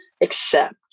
accept